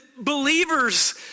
believers